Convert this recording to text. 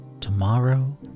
Tomorrow